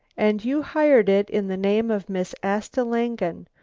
and you hired it in the name of miss asta langen?